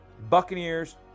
Buccaneers